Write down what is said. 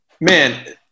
man